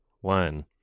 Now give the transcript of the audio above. one